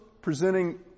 presenting